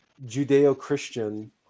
Judeo-Christian